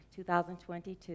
2022